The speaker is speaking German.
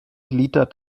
gliedert